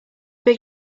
big